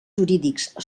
jurídics